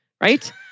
right